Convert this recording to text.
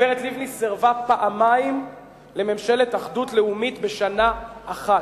הגברתי לבני סירבה לממשלת אחדות לאומית פעמיים בשנה אחת.